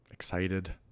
excited